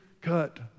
cut